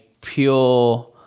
pure